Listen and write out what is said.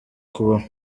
kubaho